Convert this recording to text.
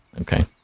Okay